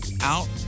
out